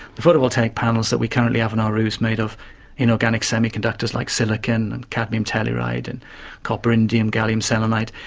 the photovoltaic panels that we currently have on our roofs made of inorganic semiconductors like silicon and cadmium telluride and copper indium gallium selenide,